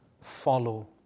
follow